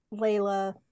layla